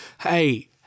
Hey